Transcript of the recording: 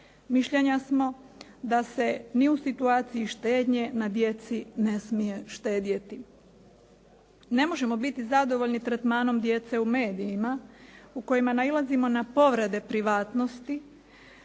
Mišljenja smo da se ni u situaciji štednje na djeci ne smije štedjeti. Ne možemo biti zadovoljni tretmanom djece u medijima u kojima nailazimo na povrede privatnosti